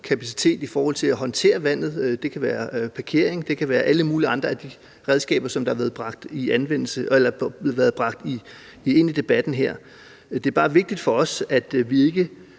kapacitet i forhold til at håndtere vandet – det kan være parkering, det kan være alle mulige andre af de redskaber, som har været bragt ind i debatten her. Det er bare vigtigt for os, at vi ikke